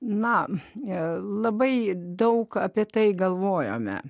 na jie labai daug apie tai galvojome